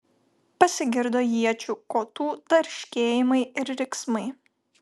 pasigirdo iečių kotų tarškėjimai ir riksmai